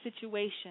situation